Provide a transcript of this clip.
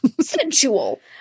sensual